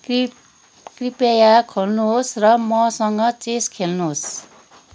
कृप कृपया खोल्नुहोस् र मसँग चेस खेल्नुहोस्